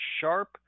sharp